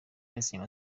byasinye